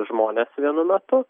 žmonės vienu metu